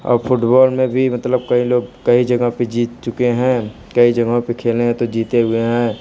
और फुटबॉल में भी मतलब कईं लोग कई जगह पे जीत चुके हैं कई जगहों पे खेले हैं तो जीते हुए हैं